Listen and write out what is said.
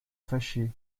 fâcher